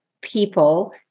people